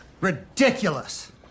Ridiculous